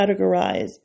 categorize